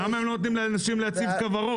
למה הם לא נותנים לאנשים להציב כוורות?